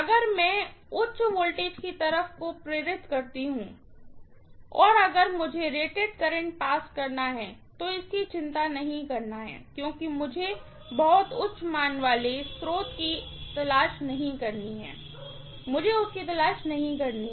अगर मैं उच्च वोल्टेज की तरफ को प्रेरित करती हूँ और अगर मुझे रेटेड करंट पास करना है तो इतनी चिंता नहीं करना है क्योंकि मुझे बहुत उच्च मान वाले स्रोत की तलाश नहीं करनी है मुझे उसकी तलाश नहीं करनी है